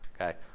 okay